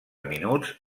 minuts